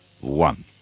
one